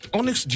Onyx